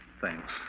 Thanks